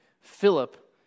Philip